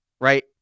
right